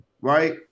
right